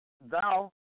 thou